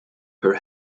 her